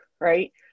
right